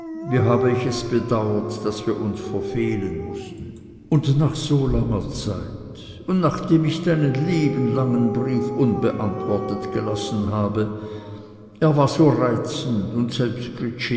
wie hab ich es bedauert daß wir uns verfehlen mußten und nach so langer zeit und nachdem ich deinen lieben langen brief unbeantwortet gelassen habe er war so reizend und